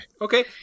Okay